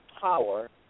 power